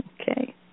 Okay